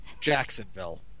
Jacksonville